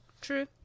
True